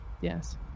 Yes